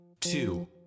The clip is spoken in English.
two